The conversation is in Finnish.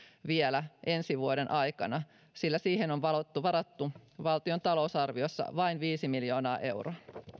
vielä ensi vuoden aikana sillä siihen on varattu varattu valtion talousarviossa vain viisi miljoonaa euroa